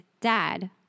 Dad